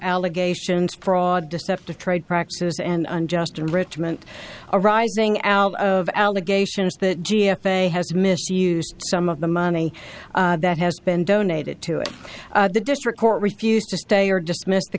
allegations fraud deceptive trade practices and unjust enrichment arising out of allegations that d f a has misused some of the money that has been donated to the district court refused to stay or dismissed the